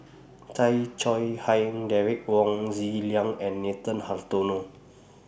Tay Chong Hai Derek Wong Zi Liang and Nathan Hartono